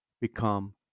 become